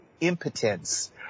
impotence